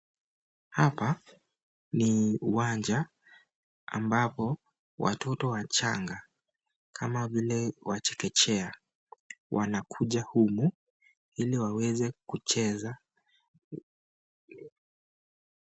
Hapa ni uwanja ,ambapo watoto wachanga, kama vile wachekechea wanakuja humu ili waweze kucheza...